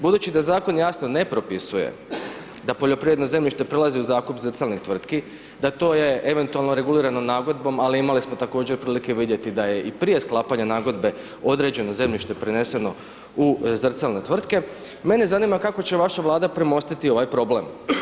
Budući da zakon jasno ne propisuje da poljoprivredno zemljište prelazi u zakup zrcalnih tvrtki, da to je eventualno regulirano nagodbom, ali imali smo također prilike vidjeti da je i prije sklapanja nagodbe određeno zemljište preneseno u zrcalne tvrtke, mene zanima kako će vaša Vlada premostiti ovaj problem?